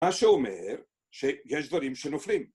מה שאומר שיש דברים שנופלים.